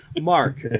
Mark